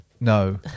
No